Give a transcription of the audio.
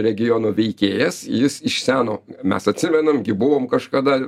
regiono veikėjas jis iš seno mes atsimenam gi buvom kažkada